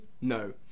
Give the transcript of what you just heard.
no